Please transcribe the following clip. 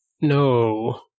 No